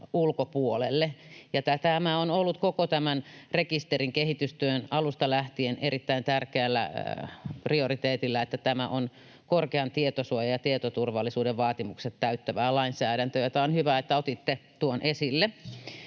ulkopuolelle. Tämä on ollut koko tämän rekisterin kehitystyön alusta lähtien erittäin tärkeällä prioriteetilla, että tämä on korkean tietosuojan ja tietoturvallisuuden vaatimukset täyttävää lainsäädäntöä. On hyvä, että otitte tuon esille,